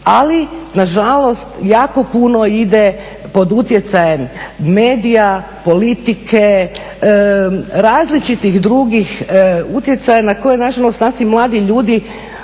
Ali na žalost jako puno ide pod utjecajem medija, politike, različitih drugih utjecaja na koje na žalost naši mladi ljudi